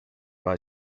buy